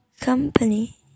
company